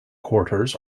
quarters